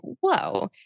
whoa